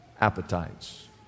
appetites